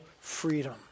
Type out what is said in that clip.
freedom